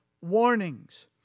warnings